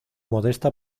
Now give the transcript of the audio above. modesta